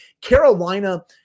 Carolina